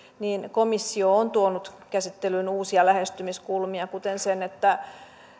niin komissio on tuonut käsittelyyn uusia lähestymiskulmia kuten sen että